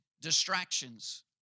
Distractions